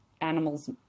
animals